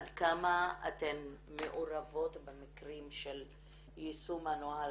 עד כמה אתן מעורבות במקרים של יישום הנוהל